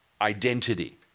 identity